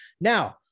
now